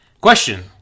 Question